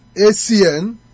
ACN